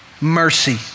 Mercy